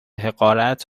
حقارت